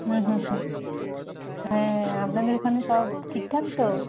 হ্যাঁ হ্যাঁ হ্যাঁ হ্যাঁ আপনাদের ওখানে সব ঠিক ঠাক তো